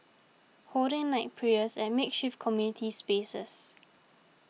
holding night prayers at makeshift community spaces